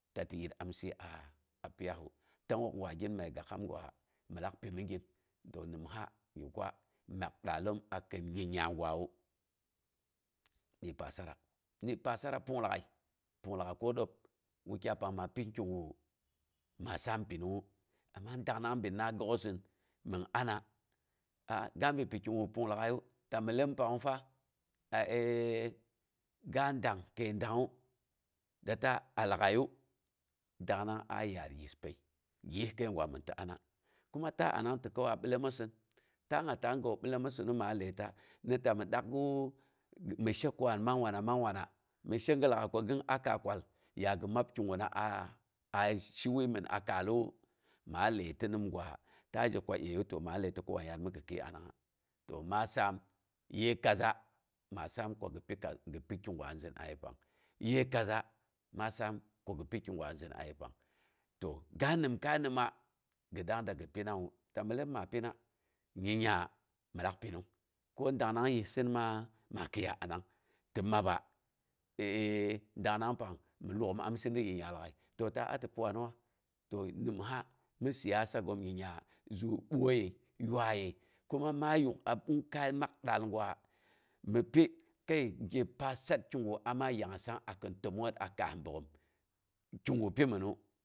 Ta ti yit amsi a pyiyasau, tangngook gwa gin məi gaksam gwa min lak pi migin. To nimha, gi kwa ma daaloom, akin nyingnya gwawu, ni pasara, ni pasara, pung lag'ai pung lag'ai ko dəb, wukyai pang maa pin kigu maa saam pinungngu. Amma dangnang binna gak'osɨn, mɨn ana, aa ga bin piku pung lag'aiyu, ta millom pangnga fa aa ga əng kəi dangngu, da ta a lagaiyu dangngnang a yaar yiskəi, gi yis kəigwa min ti ana. Kuma ta anang ati kəuwa belomosin ta nga ta billomosim, maa ətan "ni tami dakgawu, mi sho wan man wena man wana? Mɨ shega lag'ai ko gin aka kwal ya gi mab kiguna aa shi waimin a kallu? Maa ləita nim gwa, ta zhe ko əəəiwu, to maa ləita ko wan yaat mi gi kɨɨ anangnga. to maa saam ye kaza, maa saam kogi pu kigwana zin, a yenas. Ye kaza maa saam kogi pi kigwa zin a yenang, to ga nimkai nimma, gi dagng da gi pihawu, ta millom ma pina, nyingnya min lak pinung. ko angnang yissin maa maa kwiya anang, tinn maba dangnang pang mi ləog'om amsizim nyingnya lagai to ta a ti piwanuwa? Nimsa mi siyasagom nyingnya zu boiye, yuaiye, kuma maa yak a ɓungkai maa daal gwa mi pi kəi gye nasarkigu ama yangngasang akim təmongnget a kaas bogghom kigu piminu.